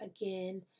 again